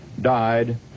died